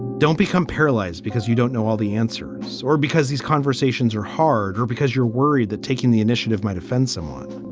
don't become paralyzed because you don't know all the answers or because these conversations are hard or because you're worried that taking the initiative might offend someone.